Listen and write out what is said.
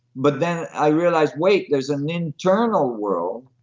but then i realized, wait, there's an internal world.